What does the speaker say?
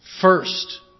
first